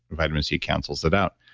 vitamin c cancels it out,